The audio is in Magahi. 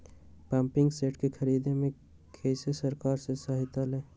पम्पिंग सेट के ख़रीदे मे कैसे सरकार से सहायता ले?